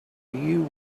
you